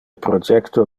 projecto